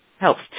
helps